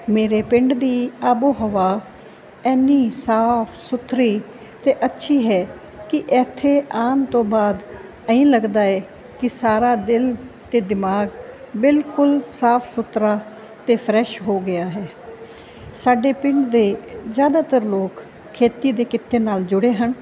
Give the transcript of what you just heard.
ਮੇਰੇ ਪਿੰਡ ਦੀ ਆਬੋ ਹਵਾ ਇੰਨੀ ਸਾਫ ਸੁਥਰੀ ਅਤੇ ਅੱਛੀ ਹੈ ਕਿ ਇੱਥੇ ਆਉਣ ਤੋਂ ਬਾਅਦ ਐਂਈ ਲੱਗਦਾ ਹੈ ਕਿ ਸਾਰਾ ਦਿਲ ਅਤੇ ਦਿਮਾਗ ਬਿਲਕੁਲ ਸਾਫ ਸੁਥਰਾ ਅਤੇ ਫਰੈਸ਼ ਹੋ ਗਿਆ ਹੈ ਸਾਡੇ ਪਿੰਡ ਦੇ ਜ਼ਿਆਦਾਤਰ ਲੋਕ ਖੇਤੀ ਦੇ ਕਿੱਤੇ ਨਾਲ ਜੁੜੇ ਹਨ